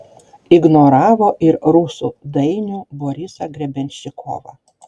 ignoravo ir rusų dainių borisą grebenščikovą